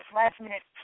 last-minute